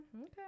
Okay